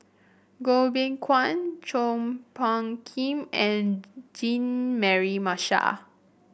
Goh Beng Kwan Chua Phung Kim and Jean Mary Marshall